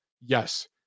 Yes